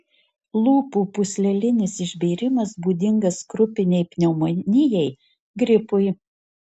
lūpų pūslelinis išbėrimas būdingas krupinei pneumonijai gripui